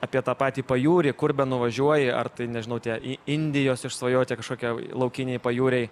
apie tą patį pajūrį kur benuvažiuoji ar tai nežinau tie indijos išsvajoti kažkokie laukiniai pajūriai